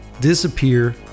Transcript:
disappear